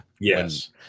yes